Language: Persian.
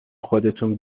خودتون